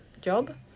job